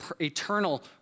eternal